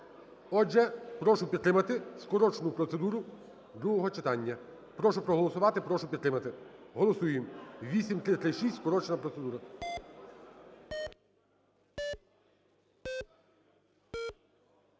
Отже, прошу підтримати скорочену процедуру другого читання. Прошу проголосувати, прошу підтримати. Голосуємо 8336, скорочена процедура.